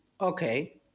Okay